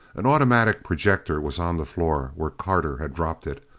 an automatic projector was on the floor where carter had dropped it.